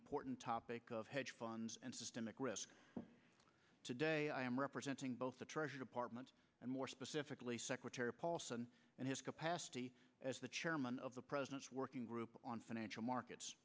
important topic of hedge funds and systemic risk today i am representing both the treasury department more specifically secretary paulson and his capacity as the chairman of the president's working group on financial markets